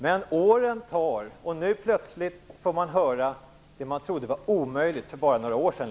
Men åren tar, och nu får man plötsligt höra det man trodde var omöjligt för bara några år sedan.